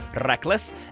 Reckless